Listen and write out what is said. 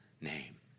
name